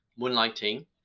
moonlighting